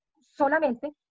solamente